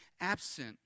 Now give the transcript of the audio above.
absent